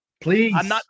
Please